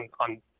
on